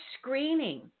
screening